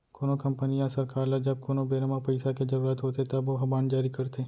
कोनो कंपनी या सरकार ल जब कोनो बेरा म पइसा के जरुरत होथे तब ओहा बांड जारी करथे